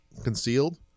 concealed